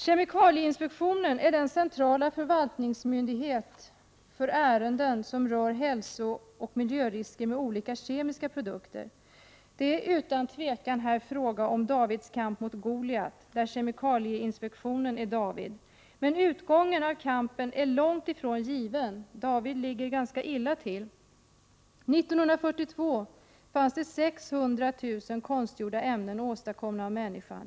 Kemikalieinspektionen är den centrala förvaltningsmyndigheten för ärenden som rör hälsooch miljörisker med olika kemiska produkter. Det är utan tvivel här fråga om Davids kamp mot Goliat, där kemikalieinspektionen är David. Utgången av kampen är dock långt ifrån given. David ligger ganska illa till. År 1942 fanns det 600 000 konstgjorda ämnen som hade åstadkommits av människan.